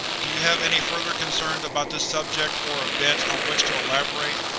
do you have any further concerns about this subject, or events on which to elaborate?